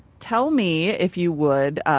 tell me, if you would,